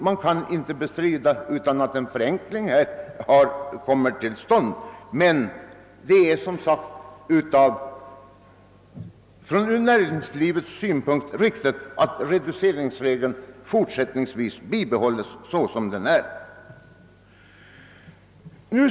Man kan inte bestrida att en förenkling skulle komma till stånd, men lika fullt är det från näringslivets synpunkt riktigt att reduceringsregeln bibehålles i sin nuvarande utformning.